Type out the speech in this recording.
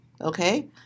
okay